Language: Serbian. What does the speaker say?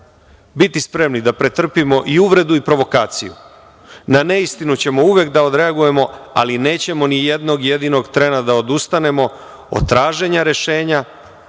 biti spremni da pretrpimo i uvredu i provokaciju. Na neistinu ćemo uvek da odreagujemo, ali nećemo nijednog jedinog trena da odustanemo od traženja rešenja,